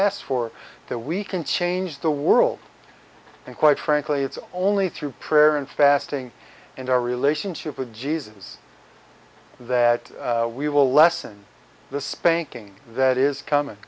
asked for that we can change the world and quite frankly it's only through prayer and fasting and our relationship with jesus that we will lessen the spanking that is coming